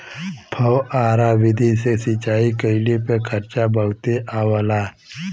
फौआरा विधि से सिंचाई कइले पे खर्चा बहुते आवला